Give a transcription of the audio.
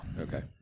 Okay